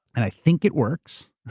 and i think it works.